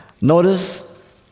Notice